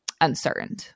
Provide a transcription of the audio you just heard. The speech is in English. uncertain